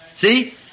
See